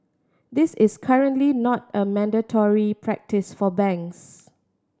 this is currently not a mandatory practice for banks